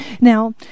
Now